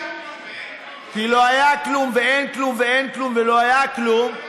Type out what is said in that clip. לא היה כלום, ואין כלום ולא יהיה כלום.